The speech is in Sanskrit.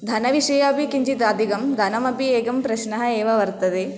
धनविषये अपि किञ्चित् अधिकं धनमपि एकः प्रश्नः एव वर्तते